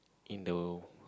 in the